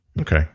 Okay